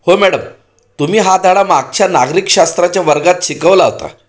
हो मॅडम तुम्ही हा धडा मागच्या नागरिकशास्त्राच्या वर्गात शिकवला होता